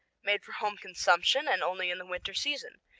made for home consumption and only in the winter season,